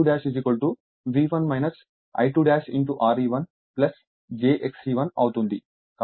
V2' V1 I2 Re1 j Xe1 అవుతుంది